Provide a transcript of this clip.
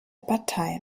partei